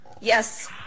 Yes